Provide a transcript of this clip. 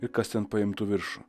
ir kas ten paimtų viršų